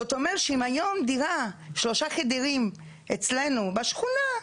זאת אומרת שאם היום דירה שלושה חדרים אצלנו בשכונה,